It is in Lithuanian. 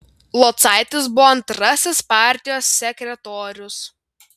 locaitis buvo antrasis partijos sekretorius